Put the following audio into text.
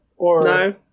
No